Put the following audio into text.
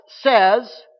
says